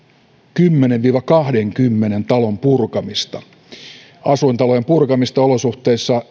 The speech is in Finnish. kymmenen viiva kahdenkymmenen talon purkamista asuintalojen purkamista olosuhteissa